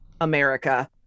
America